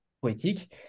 poétique